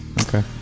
okay